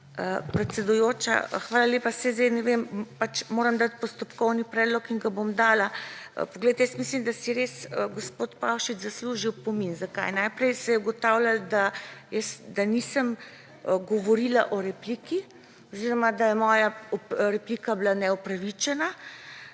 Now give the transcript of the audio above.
hvala lepa. Saj sedaj ne vem, pač moram dati postopkovni predlog in ga bom dala. Jaz mislim, da si res gospod Pavšič zasluži opomin. Zakaj? Najprej se je ugotavljalo, da nisem govorila o repliki oziroma da je moja replika bila neupravičena.